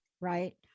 right